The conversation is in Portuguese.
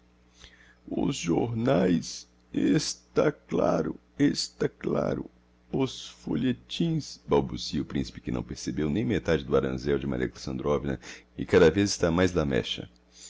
jornaes está claro está claro os folhetins balbucia o principe que não percebeu nem metade do aranzel de maria alexandrovna e cada vez está mais lamecha